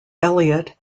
elliot